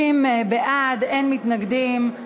60 בעד, אין מתנגדים.